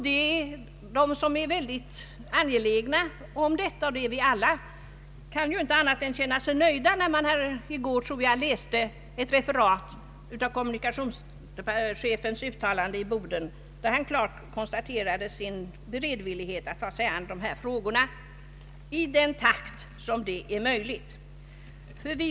Den som är angelägen om detta — och det är vi ju alla — kan inte annat än känna sig nöjd när man i går kunde läsa ett referat av kommunikationsministerns uttalande i Boden, där han klart deklarerade sin beredvillighet att ta sig an dessa frågor i den takt som är möjlig.